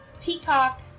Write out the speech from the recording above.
Peacock